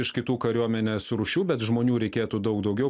iš kitų kariuomenės rūšių bet žmonių reikėtų daug daugiau